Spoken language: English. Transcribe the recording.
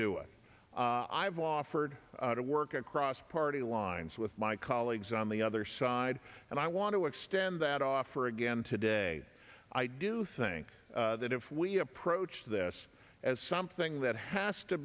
do it i've offered to work across party lines with my colleagues on the other side and i want to extend that offer again today i do think that if we approach this as something that has to